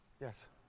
Yes